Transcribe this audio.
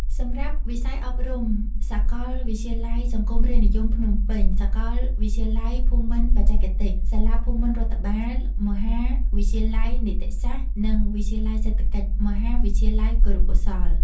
សម្រាប់វិស័យអប់រំ សាកលវិទ្យាល័យសង្គមរាស្ត្រនិយមភ្នំពេញ, សាកលវិទ្យាល័យភូមិន្ទបច្ចេកទេស, សាលាភូមិន្ទរដ្ឋបាល, មហាវិទ្យាល័យនីតិសាស្ត្រ និងវិទ្យាសាស្ត្រសេដ្ឋកិច្ច, មហាវិទ្យាល័យគរុកោសល្យ។